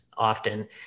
often